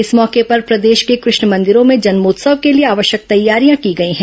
इस मौके पर प्रदेश के कृष्ण मंदिरों में जन्मोत्सव के लिए आवश्यक तैयारियां की गई हैं